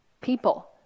people